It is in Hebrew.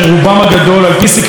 על פי סקרי דעת הקהל,